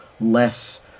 less